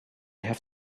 have